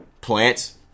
plants